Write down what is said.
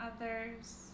others